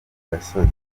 gasozi